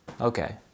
Okay